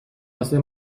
واسه